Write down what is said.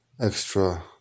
extra